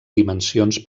dimensions